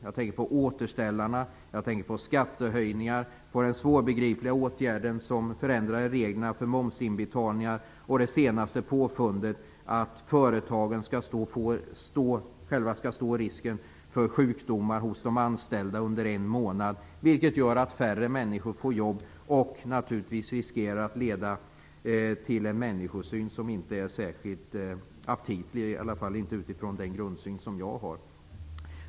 Jag tänker på återställare, skattehöjningar, den svårbegripliga åtgärden som förändrade reglerna för momsinbetalningar och det senaste påfundet, att företagen själva skall stå risken för sjukdomar hos de anställda under en månad. Det gör att färre människor får jobb, och det riskerar att leda till en människosyn som inte är särskilt aptitlig, i alla fall inte utifrån den grundsyn som jag har.